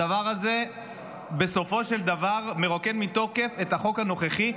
הדבר הזה בסופו של דבר מרוקן מתוכן את החוק הנוכחי,